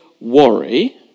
worry